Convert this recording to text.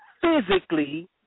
physically